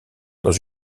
dans